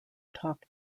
talk